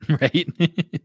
right